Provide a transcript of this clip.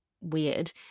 weird